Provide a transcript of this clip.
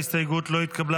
ההסתייגות לא התקבלה.